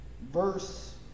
verse